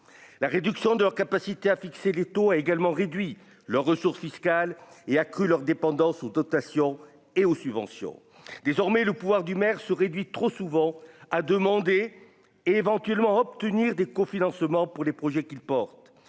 la réduction de leur capacité à fixer le taux a également réduit leurs ressources fiscales et accru leur dépendance aux dotations et aux subventions désormais le pouvoir du maire se réduit trop souvent à demander et éventuellement obtenir des confidences mort pour les projets qu'il porte